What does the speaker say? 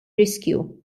riskju